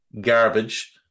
garbage